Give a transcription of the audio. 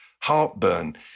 heartburn